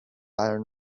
iron